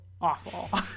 awful